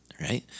right